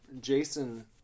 Jason